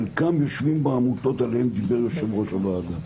חלקם יושבים בעמותות עליהן דיבר יושב-ראש הוועדה.